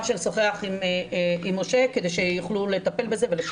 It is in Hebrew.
שנשוחח עם משה כדי שיוכלו לטפל בזה.